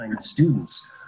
students